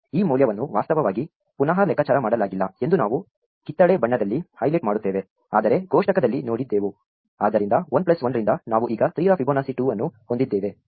ಈ ಮೌಲ್ಯವನ್ನು ವಾಸ್ತವವಾಗಿ ಪುನಃ ಲೆಕ್ಕಾಚಾರ ಮಾಡಲಾಗಿಲ್ಲ ಎಂದು ನಾವು ಕಿತ್ತಳೆ ಬಣ್ಣದಲ್ಲಿ ಹೈಲೈಟ್ ಮಾಡುತ್ತೇವೆ ಆದರೆ ಕೋಷ್ಟಕದಲ್ಲಿ ನೋಡಿದೆವು ಆದ್ದರಿಂದ 1 ಪ್ಲಸ್ 1 ರಿಂದ ನಾವು ಈಗ 3 ರ ಫಿಬೊನಾಸಿ 2 ಅನ್ನು ಹೊಂದಿದ್ದೇವೆ